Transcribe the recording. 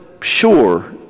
sure